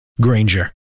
Granger